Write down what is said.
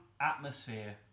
atmosphere